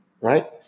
Right